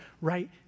right